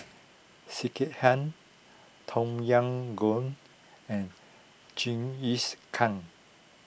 Sekihan Tom Yam Goong and Jingisukan